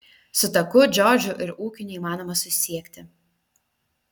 su taku džordžu ir ūkiu neįmanoma susisiekti